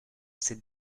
ses